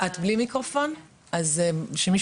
שמי